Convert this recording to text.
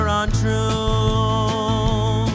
untrue